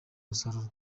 musaruro